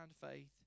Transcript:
faith